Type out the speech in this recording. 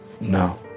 No